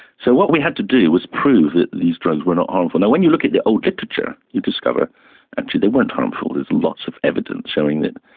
so what we had to do was prove that these drugs were not harmful. when you look at the old literature you discover actually they weren't harmful, there's lots of evidence showing that